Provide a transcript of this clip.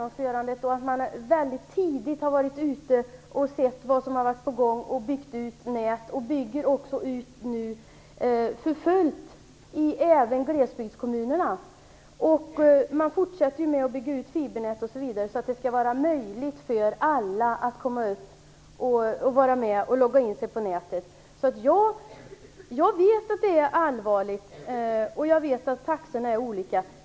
Man har varit ute väldigt tidigt och sett vad som har varit på gång, och nu bygger man också ut för fullt i glesbygdskommunerna. Man fortsätter med att bygga ut fibernät så att det skall vara möjligt för alla att logga in sig på nätet. Jag vet att läget är allvarligt och jag vet att taxorna är olika.